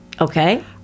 okay